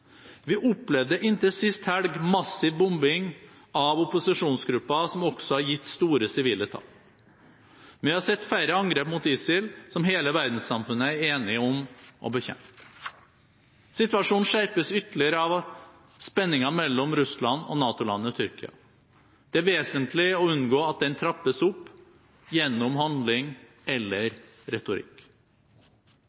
Vi opplevde inntil sist helg massiv bombing av opposisjonsgrupper, som også har gitt store sivile tap. Men vi har sett færre angrep mot ISIL, som hele verdenssamfunnet er enig om å bekjempe. Situasjonen skjerpes ytterligere av spenningen mellom Russland og NATO-landet Tyrkia. Det er vesentlig å unngå at den trappes opp gjennom handlinger eller